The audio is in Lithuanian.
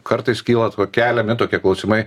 kartais kyla keliami tokie klausimai